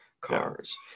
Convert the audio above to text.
cars